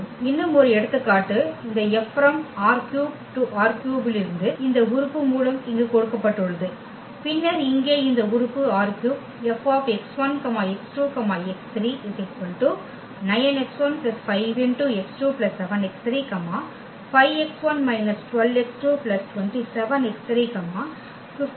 இன்னும் ஒரு எடுத்துக்காட்டு இந்த F ℝ3 → ℝ3 இது ℝ3 இலிருந்து இந்த உறுப்பு மூலம் இங்கு கொடுக்கப்பட்டுள்ளது பின்னர் இங்கே இந்த உறுப்பு ℝ3 Fx1 x2 x3 9x1 5x2 7x3 5x1 − 12 x2 27x3 55 x1 − 42 x3